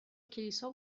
کلیسا